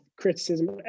criticism